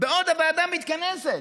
בעוד הוועדה מתכנסת,